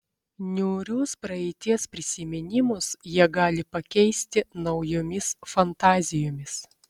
niūrius praeities prisiminimus jie gali pakeisti naujomis fantazijomis